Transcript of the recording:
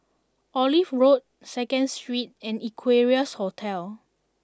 Olive Road Second Street and Equarius Hotel